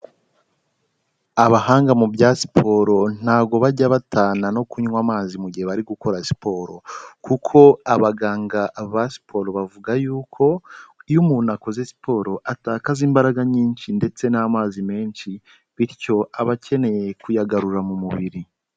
Abahanga mu bya siporo ntago bajya batana no kunywa amazi mu gihe bari gukora siporo, kuko abaganga ba siporro bavuga y'uko, iyo umuntu akoze siporo atakaza imbaraga nyinshi ndetse n'amazi menshi, bityo aba akeneye kuyagarura mu mubiri.